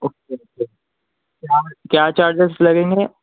okay okay کیا کیا charges لگیں گے